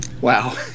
Wow